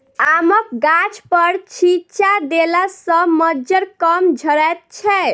आमक गाछपर छिच्चा देला सॅ मज्जर कम झरैत छै